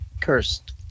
cursed